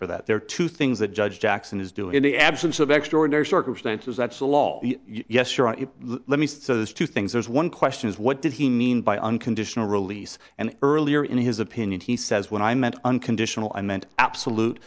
for that there are two things that judge jackson is doing in the absence of extraordinary circumstances that's the law yes sure let me so there's two things there's one question is what did he mean by unconditional release and earlier in his opinion he says when i meant unconditional i meant absolute